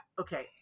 okay